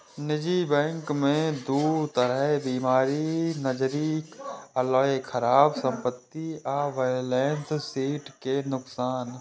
निजी बैंक मे दू तरह बीमारी नजरि अयलै, खराब संपत्ति आ बैलेंस शीट के नुकसान